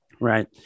Right